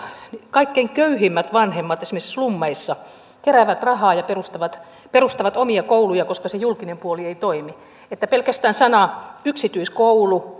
kaikkein köyhimmät vanhemmat esimerkiksi slummeissa keräävät rahaa ja perustavat perustavat omia kouluja koska se julkinen puoli ei toimi että pelkästään sana yksityiskoulu